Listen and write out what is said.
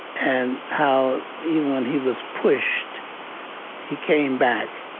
and how even when he was pushed he came back.